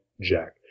Jack